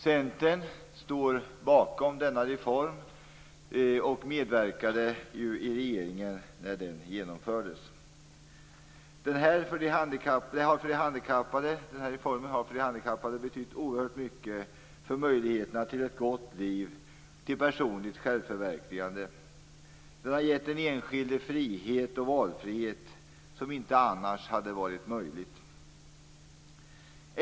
Centern står bakom denna reform och medverkade ju i regeringen när den genomfördes. Den här reformen har betytt oerhört mycket för de handikappades möjligheter till ett gott liv och personligt självförverkligande. Den har gett den enskilde en frihet och en valfrihet som inte annars hade varit möjlig.